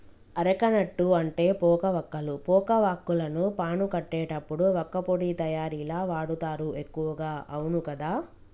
areca nut అంటే పోక వక్కలు, పోక వాక్కులను పాను కట్టేటప్పుడు వక్కపొడి తయారీల వాడుతారు ఎక్కువగా అవును కదా